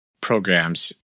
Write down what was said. programs